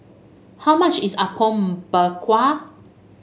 how much is Apom Berkuah